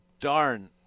darn